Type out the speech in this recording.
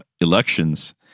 elections